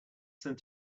some